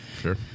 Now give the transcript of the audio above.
Sure